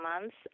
months